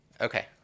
Okay